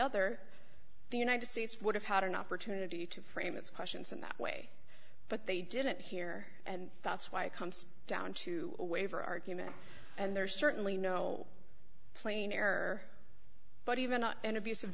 other the united states would have had an opportunity to frame its questions in that way but they didn't here and that's why it comes down to a waiver argument and there's certainly no plain error but even not an abus